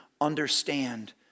understand